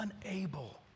unable